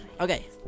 Okay